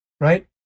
right